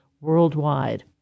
worldwide